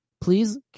please